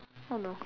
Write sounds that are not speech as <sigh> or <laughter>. oh no <laughs>